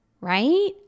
Right